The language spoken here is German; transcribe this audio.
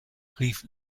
rief